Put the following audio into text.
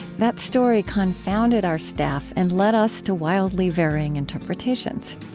that story confounded our staff and led us to wildly varying interpretations.